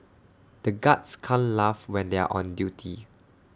the guards can't laugh when they are on duty